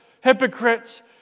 hypocrites